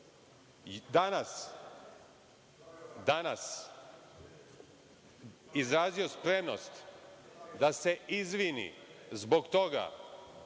danas izrazio spremnost da se izvini zbog toga,